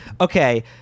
okay